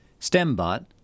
StemBot